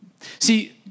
See